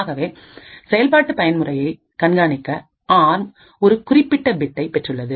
ஆகவே செயல்பாட்டு பயன்முறையை கண்காணிக்க ஆம் ஒரு குறிப்பிட்ட பிட்டை பெற்றுள்ளது